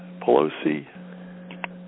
Pelosi